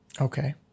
Okay